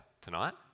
tonight